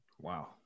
Wow